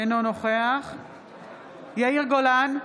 אינו נוכח יאיר גולן,